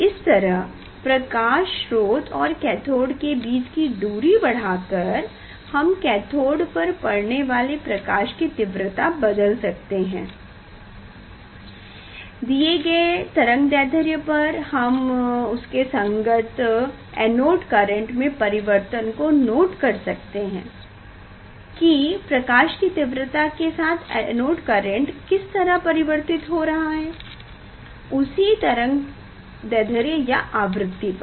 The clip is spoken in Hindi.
इस तरह प्रकाश स्रोत और कैथोड़ के बीच की दूरी बढ़ा कर हम कैथोड़ पर पड़ने वाली प्रकाश की तीव्रता बादल सकते है किसी दिये गए तरंगदैध्र्य पर और हम उसके संगत एनोड करेंट में परिवर्तन को नोट कर लेंगे की प्रकाश की तीव्रता के साथ एनोड करेंट किस तरह परिवर्तित हो रहा उसी तरंगदैढ्र्य या आवृति पर